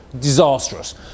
disastrous